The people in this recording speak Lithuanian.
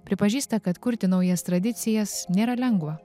pripažįsta kad kurti naujas tradicijas nėra lengva